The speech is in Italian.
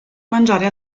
mangiare